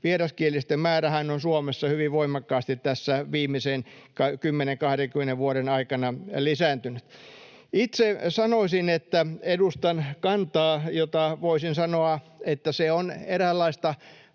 Vieraskielisten määrähän on Suomessa hyvin voimakkaasti tässä viimeisen 10—20 vuoden aikana lisääntynyt. Itse sanoisin, että edustan kantaa, josta voisin sanoa, että se on eräänlaista